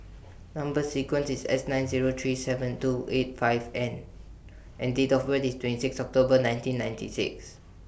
Number sequence IS S nine Zero three seven two eight five N and Date of birth IS twenty six October nineteen ninety six